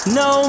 no